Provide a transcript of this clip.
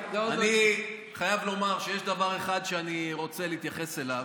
אני חייב לומר שיש דבר אחד שאני רוצה להתייחס אליו,